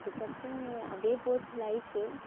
அதுக்கப்புறம் அப்படியே போச்சு லைஃப்